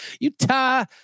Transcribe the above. Utah